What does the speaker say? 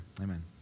Amen